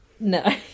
No